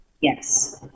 yes